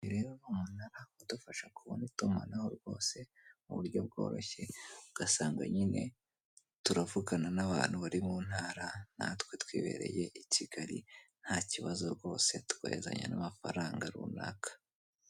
Umunara udufasha kubona itumanaho rwose mu buryo bworoshye ugasanga nyine turavugana n'abantu bari mu ntara natwe twibereye i Kigali nta kibazo rwose tukohezanya n'amafaranga runaka.